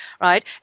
right